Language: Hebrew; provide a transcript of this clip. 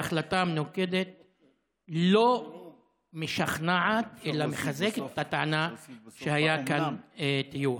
מההחלטה המנומקת לא משכנע אלא מחזק את הטענה שהיה כאן טיוח.